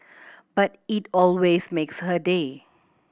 but it always makes her day